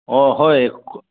অ হয়